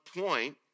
point